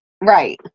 right